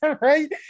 right